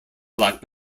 black